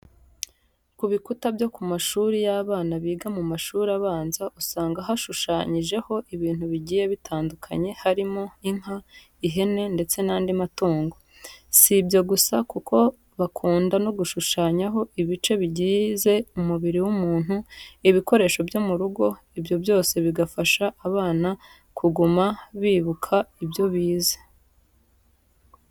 Ku bikuta byo ku mashuri y'abana biga mu mashuri abanza usanga hashushanyijeho ibintu bigiye bitandukanye harimo inka, ihene ndetse n'andi matungo. Si ibyo gusa kuko bakunda no gushushanyaho ibice bigize umubiri w'umuntu, ibikoresho byo mu rugo, ibyo byose bigafasha abana kuguma bibuka ibyo bize.